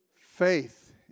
Faith